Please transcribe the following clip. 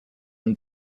and